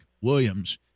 Williams